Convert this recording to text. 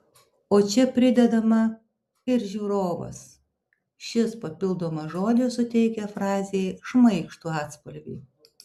o čia pridedama ir žiūrovas šis papildomas žodis suteikia frazei šmaikštų atspalvį